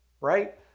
right